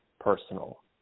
personal